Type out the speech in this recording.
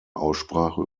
aussprache